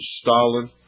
Stalin